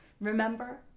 remember